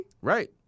Right